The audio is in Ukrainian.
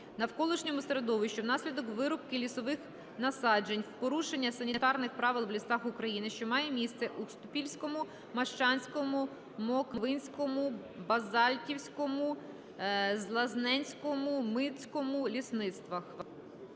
навколишньому середовищу внаслідок вирубки лісових насаджень в порушення "Санітарних правил в лісах України", що має місце у Костопільському, Мащанському, Моквинському, Базальтівському, Злазненському, Мидському лісництвах.